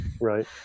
Right